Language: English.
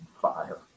fire